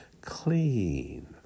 clean